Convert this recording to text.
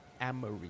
amory